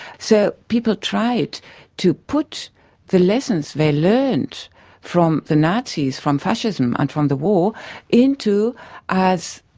so people tried to put the lessons they learned from the nazis, from fascism and from the war into as